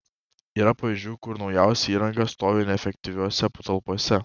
yra pavyzdžių kur naujausia įranga stovi neefektyviose patalpose